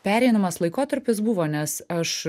pereinamas laikotarpis buvo nes aš